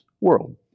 world